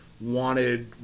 wanted